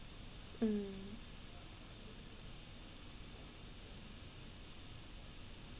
mm